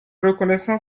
reconnaissant